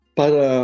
para